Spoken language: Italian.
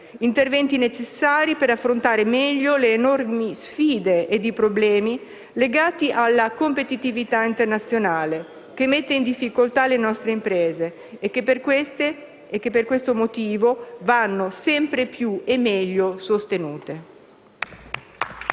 Interventi necessari per affrontare meglio le enormi sfide ed i problemi legati alla competitività internazionale, che mette in difficoltà le nostre imprese, che per questo motivo vanno sempre più e meglio sostenute.